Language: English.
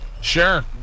Sure